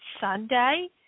sunday